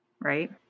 right